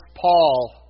Paul